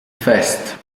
fest